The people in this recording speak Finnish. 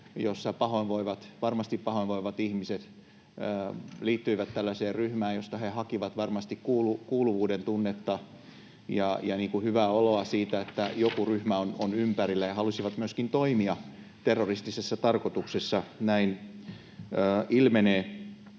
varmasti pahoinvoivat, ihmiset liittyivät tällaiseen ryhmään, josta he hakivat varmastikin kuuluvuuden tunnetta ja niin kuin hyvää oloa siitä, että joku ryhmä on ympärillä, ja he halusivat myöskin toimia terroristisessa tarkoituksessa — näin ilmenee.